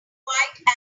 quite